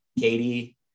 Katie